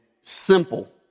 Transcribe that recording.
simple